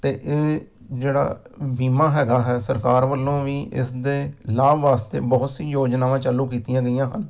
ਅਤੇ ਇਹ ਜਿਹੜਾ ਬੀਮਾ ਹੈਗਾ ਹੈ ਸਰਕਾਰ ਵੱਲੋਂ ਵੀ ਇਸ ਦੇ ਲਾਭ ਵਾਸਤੇ ਬਹੁਤ ਹੀ ਯੋਜਨਾਵਾਂ ਚਾਲੂ ਕੀਤੀਆਂ ਗਈਆਂ ਹਨ